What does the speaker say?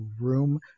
room